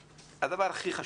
והדבר הכי חשוב,